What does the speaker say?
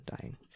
dying